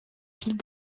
ville